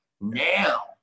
now